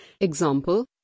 example